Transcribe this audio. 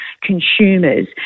consumers